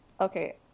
okay